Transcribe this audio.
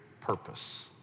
purpose